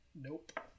Nope